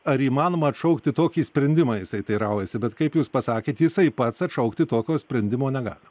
ar įmanoma atšaukti tokį sprendimą jisai teiraujasi bet kaip jūs pasakėt jisai pats atšaukti tokio sprendimo negali